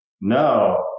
No